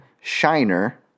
Shiner